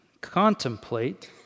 contemplate